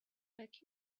like